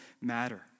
matter